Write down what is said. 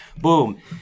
Boom